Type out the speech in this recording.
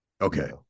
Okay